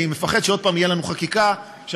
אני מפחד שעוד פעם תהיה לנו חקיקה שהכוונה